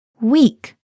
Week